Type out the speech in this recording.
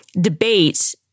debate